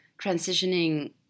transitioning